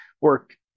work